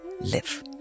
live